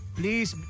please